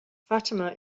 fatima